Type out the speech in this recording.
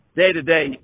day-to-day